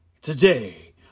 Today